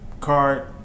card